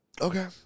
Okay